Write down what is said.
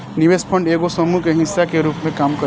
निवेश फंड एगो समूह के हिस्सा के रूप में काम करेला